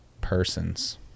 persons